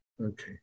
Okay